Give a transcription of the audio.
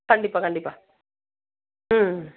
கண்டிப்பாக கண்டிப்பாக ம்